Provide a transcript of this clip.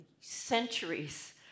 centuries